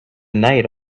night